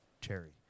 cherry